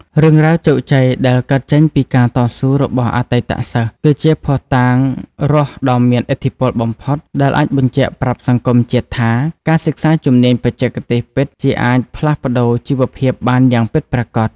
រឿងរ៉ាវជោគជ័យដែលកើតចេញពីការតស៊ូរបស់អតីតសិស្ស គឺជាភស្តុតាងរស់ដ៏មានឥទ្ធិពលបំផុត ដែលអាចបញ្ជាក់ប្រាប់សង្គមជាតិថា ការសិក្សាជំនាញបច្ចេកទេសពិតជាអាចផ្លាស់ប្តូរជីវភាពបានយ៉ាងពិតប្រាកដ។